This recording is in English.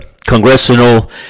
congressional